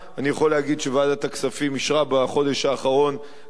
אני יכול להגיד שוועדת הכספים אישרה בחודש האחרון כמה